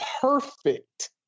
perfect